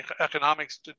economics